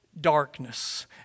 darkness